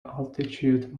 altitude